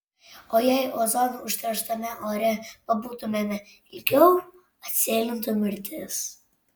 o jei ozonu užterštame ore pabūtumėme ilgiau atsėlintų mirtis